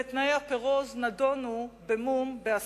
ותנאי הפירוז נדונו במשא-ומתן, בהסכמה,